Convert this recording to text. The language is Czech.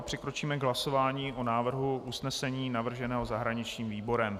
Přikročíme k hlasování o návrhu usnesení navrženého zahraničním výborem.